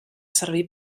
servir